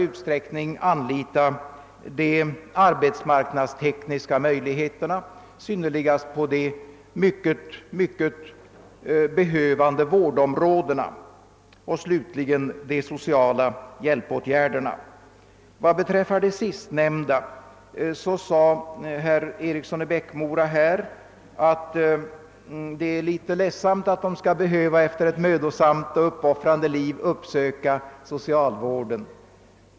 Vidare bör de arbetsmarknadstekniska möjligheterna i större utsträckning anlitas, synnerligast på vårdområdena, och slutligen bör sociala hjälpåtgärder tillgripas. I fråga om det sistnämnda sade herr Eriksson i Bäckmora att det är litet ledsamt att dessa kvinnor efter ett mödosamt och uppoffrande liv skall behöva uppsöka socialvården.